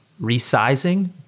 resizing